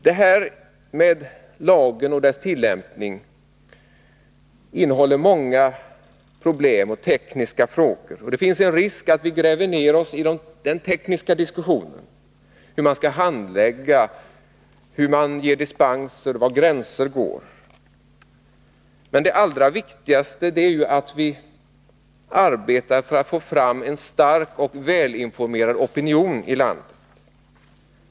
Frågan om lagen och dess tillämpning innehåller många tekniska och andra problem, och det finns en risk för att vi gräver ner oss i den tekniska diskussionen om hur man skall handlägga, om hur man ger dispenser, om var gränser går. Men det allra viktigaste är ju att vi arbetar för att skapa en stark och välinformerad opinion i landet.